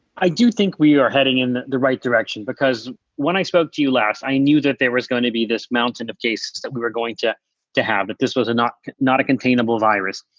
i do think we are heading in the right direction, because when i spoke to you last, i knew that there was going to be this mountain of case that we were going to to have if this was not not a containable virus.